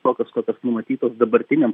tokios kokios numatytos dabartiniam